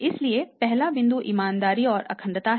इसलिए पहला बिंदु ईमानदारी और अखंडता है